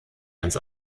ans